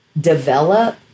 develop